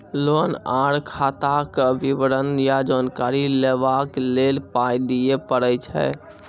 Loan आर खाताक विवरण या जानकारी लेबाक लेल पाय दिये पड़ै छै?